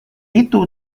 itu